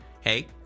Hey